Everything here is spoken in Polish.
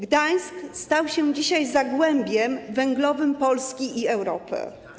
Gdańsk stał się dzisiaj zagłębiem węglowym Polski i Europy.